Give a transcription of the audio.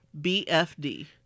BFD